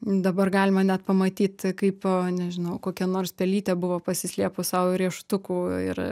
dabar galima net pamatyt kaip nežinau kokia nors pelytė buvo pasislėpus sau riešutukų ir